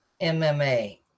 MMA